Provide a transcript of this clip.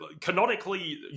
Canonically